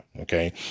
Okay